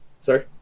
Sorry